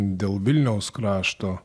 dėl vilniaus krašto